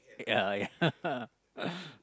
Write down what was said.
yeah yeah